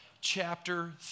chapter